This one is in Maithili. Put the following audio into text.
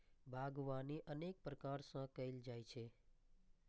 बागवानी अनेक प्रकार सं कैल जाइ छै